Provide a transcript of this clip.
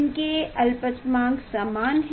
इनके अलपतमांक समान है